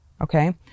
okay